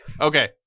Okay